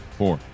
four